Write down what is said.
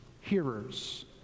hearers